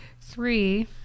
three